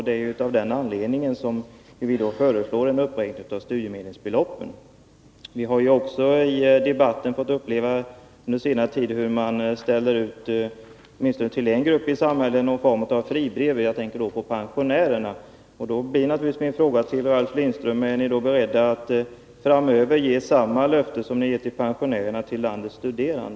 Det är av den anledningen som vi föreslår en uppräkning av studiemedelsbeloppen. Vi har också i debatten under senare tid fått uppleva hur socialdemokraterna ställer ut fribrev åtminstone till en grupp i samhället. Jag tänker då på pensionärerna. Min fråga till Ralf Lindström blir naturligtvis: Är ni beredda att framöver ge samma löften till landets studerande som ni ger till pensionärerna?